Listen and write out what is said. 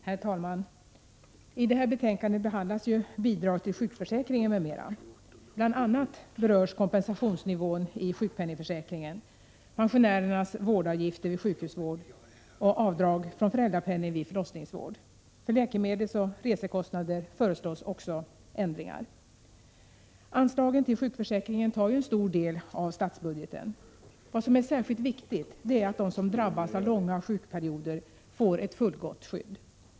Herr talman! I det här betänkandet behandlas bidrag till sjukförsäkringen m.m. Bl.a. berörs kompensationsnivån i sjukpenningförsäkringen, pensionärernas vårdavgifter vid sjukhusvård och avdrag från föräldrapenning vid förlossningsvård. För läkemedelsoch resekostnader föreslås också ändringar. Anslagen till sjukförsäkringen tar en stor del av statsbudgeten. Vad som är särskilt viktigt är att de som drabbas av långa sjukperioder får ett fullgott skydd.